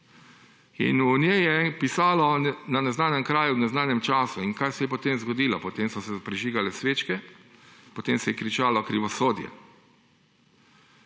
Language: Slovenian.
in v njej je pisalo – na neznanem kraju ob neznanem času. In kaj se je potem zgodilo? Potem so se prižigale svečke, potem se je kričalo – krivosodje.